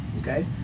okay